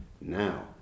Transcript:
Now